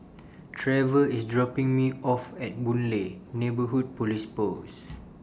Trevor IS dropping Me off At Boon Lay Neighbourhood Police Post